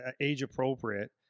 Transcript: age-appropriate